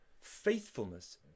faithfulness